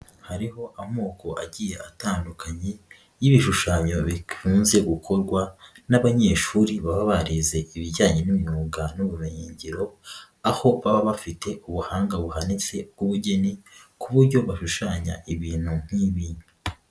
Hariho amoko agiye atandukanye y'ibishushanyo bikunze gukorwa n'abanyeshuri baba barize ibijyanye n'imyuga n'ubumenyiyingiro aho baba bafite ubuhanga buhanitse bw'ubugeni ku buryo bashushanya ibintu nk'ibi.